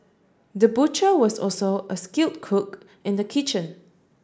the butcher was also a skilled cook in the kitchen